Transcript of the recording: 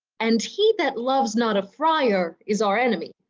and he that loves not a friar is our enemy.